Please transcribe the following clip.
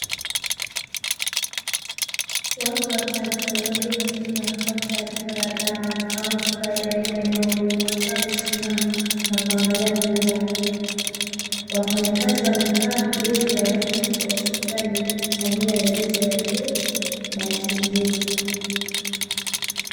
Watu watatu walioketi nyuma ya kaunta ya duka la dawa au duka la rejareja ndogo wakiwa wamesimama na kuangalia bidhaa, wafanyakazi wamevaa jezi ya rangi tofauti ikiwa ni pamoja na jezi ya rangi ya buluu na ya kijivu.